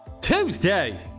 Tuesday